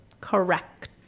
Correct